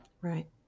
Right